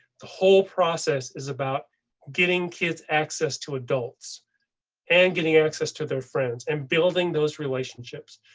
the whole process is about getting kids access to adults and getting access to their friends and building those relationships.